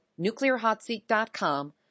nuclearhotseat.com